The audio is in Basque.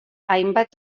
hainbat